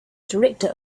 director